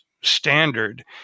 standard